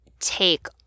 take